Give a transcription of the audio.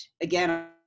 again